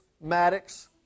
Maddox